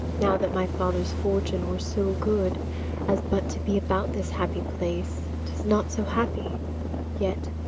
now that my father's fortune were so good as but to be about this happy place! tis not so happy yet,